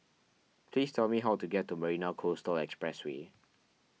please tell me how to get to Marina Coastal Expressway